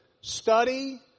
study